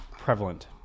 prevalent